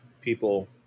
people